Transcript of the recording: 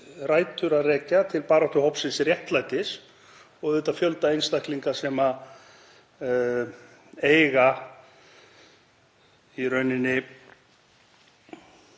rætur að rekja til baráttu hópsins Réttlætis og auðvitað fjölda einstaklinga sem eiga í rauninni